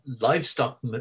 livestock